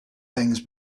things